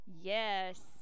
Yes